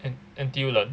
N~ N_T_U learn